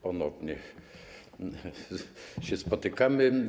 Ponownie się spotykamy.